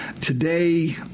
Today